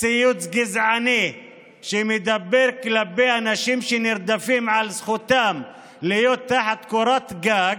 ציוץ גזעני שמדבר על אנשים שנרדפים בגלל זכותם להיות תחת קורת גג,